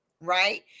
right